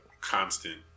constant